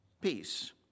Peace